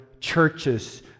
churches